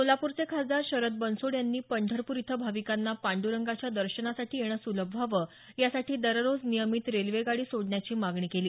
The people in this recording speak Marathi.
सोलापूरचे खासदार शरद बनसोड यांनी पंढरपूर इथं भाविकांना पांडरंगाच्या दर्शनासाठी येणं सुलभ व्हावं यासाठी दररोज नियमित रेल्वेगाडी सोडण्याची मागणी केली